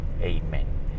Amen